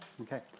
okay